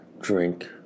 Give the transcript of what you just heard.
drink